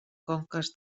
conques